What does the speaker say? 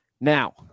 Now